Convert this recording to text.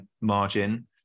margin